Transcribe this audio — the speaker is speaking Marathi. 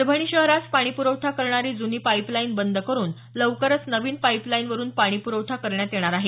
परभणी शहरास पाणीपुरवठा करणारी जुनी पाईपलाईन बंद करून लवकरच नवीन पाईपलाईनवरून पाणीप्रवठा करण्यात येणार आहे